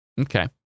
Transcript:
Okay